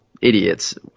idiots